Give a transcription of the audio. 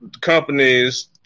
companies